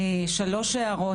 שלוש הערות.